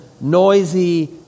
noisy